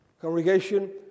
Congregation